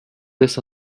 this